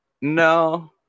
no